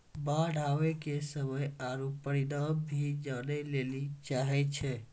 बाढ़ आवे के समय आरु परिमाण भी जाने लेली चाहेय छैय?